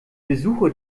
besuche